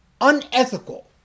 unethical